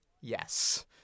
Yes